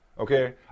Okay